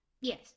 Yes